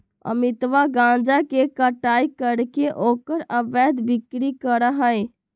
अमितवा गांजा के कटाई करके ओकर अवैध बिक्री करा हई